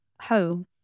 home